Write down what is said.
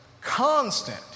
constant